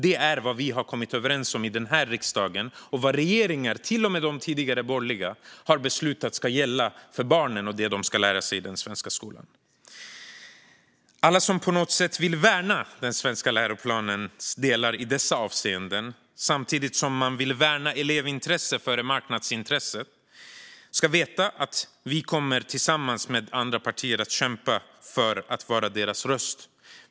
Det är vad vi har kommit överens om i den här riksdagen och vad regeringar - till och med de tidigare borgerliga - har beslutat ska gälla för barnen och det de ska lära sig i den svenska skolan. Alla som på något sätt vill värna den svenska läroplanens delar i dessa avseenden samtidigt som man vill värna elevintresset före marknadsintresset ska veta att vi tillsammans med andra partier kommer att kämpa för att vara deras röst.